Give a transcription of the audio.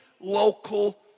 local